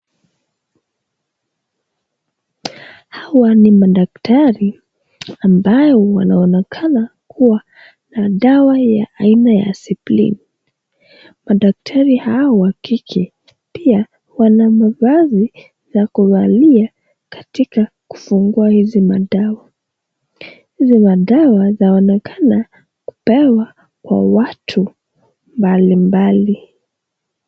Hawa ni madaktari ambao wanaonekana kuwa na dawa aina ya c plain .Madaktari hawa wa kike pia wana mavazi ya kuvalia katika kufungua hizi madawa. Hazi madawa zaonekana kupewa kwa watu mbalimbali .